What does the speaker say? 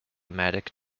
matic